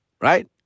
Right